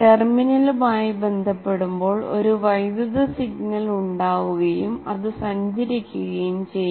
ടെർമിനലുമായി ബന്ധപ്പെടുമ്പോൾ ഒരു വൈദ്യുത സിഗ്നൽ ഉണ്ടാവുകയും അത് സഞ്ചരിക്കുകയും ചെയ്യും